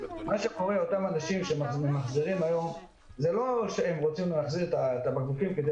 אנשים שממחזרים היום לא רוצים להחזיר בקבוקים כדי